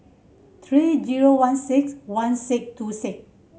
three zero one six one six two six